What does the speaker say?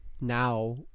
now